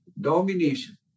domination